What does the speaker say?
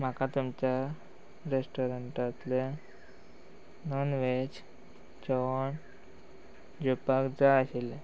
म्हाका तुमच्या रॅस्टोरंटांतलें नॉन वॅज जेवण जेवपाक जाय आशिल्लें